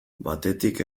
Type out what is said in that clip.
batetik